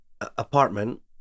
apartment